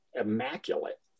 immaculate